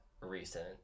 recent